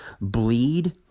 bleed